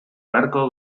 beharko